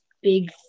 big